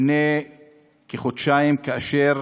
לפני כחודשיים, כאשר